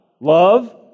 Love